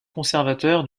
conservateur